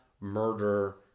murder